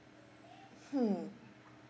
mm